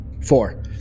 Four